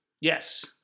Yes